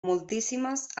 moltíssimes